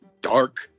dark